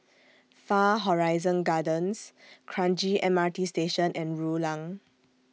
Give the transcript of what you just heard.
Far Horizon Gardens Kranji M R T Station and Rulang